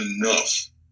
enough